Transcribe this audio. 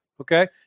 okay